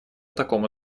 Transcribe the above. такому